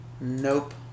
Nope